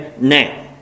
now